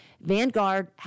Vanguard